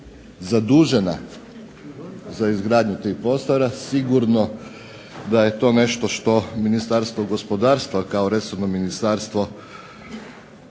zadužena za izgradnju tih prostora, sigurno da je to nešto što Ministarstvo gospodarstva kao resorno ministarstvo